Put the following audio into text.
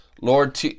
Lord